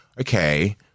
okay